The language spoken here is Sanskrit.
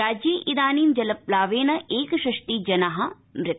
राज्ये इंदानी जलप्लावेन एकषाष्टि जना मृता